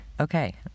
okay